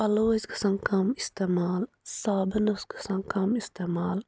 پَلو ٲسۍ گَژھان کَم اِستعمال صابَن ٲسۍ گَژھان کَم اِستعمال